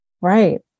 Right